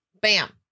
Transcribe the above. bam